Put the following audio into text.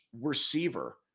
receiver